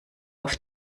auf